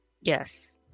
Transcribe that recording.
Yes